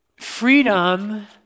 Freedom